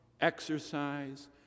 exercise